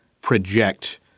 project